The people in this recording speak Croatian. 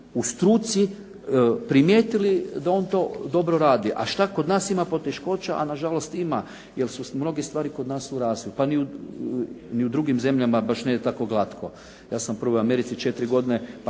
u struci primijetili da on to dobro radi, a što kad nas ima poteškoća, a na žalost ima jer su mnoge stvari kod nas u … /Govornik se ne razumije./ … pa ni u drugim zemljama ne ide tako glatko. Ja sam proveo u Americi 4 godine